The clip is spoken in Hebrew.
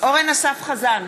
אורן אסף חזן,